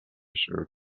shirt